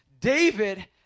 David